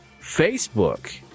Facebook